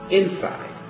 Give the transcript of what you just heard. inside